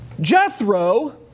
Jethro